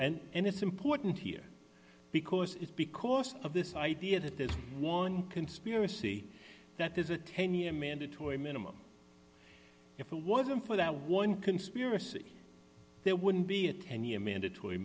and it's important here because it's because of this idea that there's one conspiracy that there's a ten year mandatory minimum if it wasn't for that one conspiracy there wouldn't be a ten year mandatory